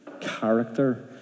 character